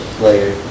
player